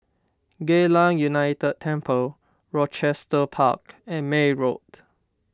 Geylang United Temple Rochester Park and May Road